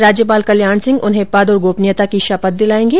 राज्यपाल कल्याण सिंह उन्हें पद और गोपनीयता की शपथ दिलायेंगे